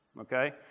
okay